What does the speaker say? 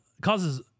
causes